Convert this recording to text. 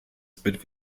zbyt